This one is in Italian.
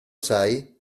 sai